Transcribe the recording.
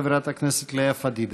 חברת הכנסת לאה פדידה.